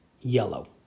yellow